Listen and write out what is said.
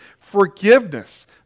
forgiveness